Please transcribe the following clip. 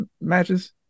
matches